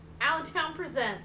AllentownPresents